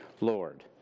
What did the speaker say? Lord